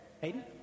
Hayden